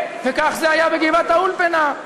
וכך זה היה בגבעת-האולפנה,